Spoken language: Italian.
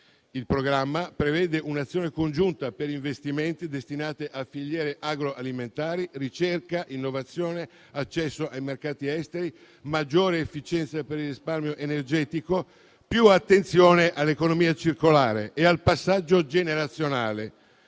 Il programma prevede un'azione congiunta per investimenti destinati a filiere agroalimentari, ricerca, innovazione, accesso ai mercati esteri, maggiore efficienza per il risparmio energetico, più attenzione all'economia circolare e al passaggio generazionale,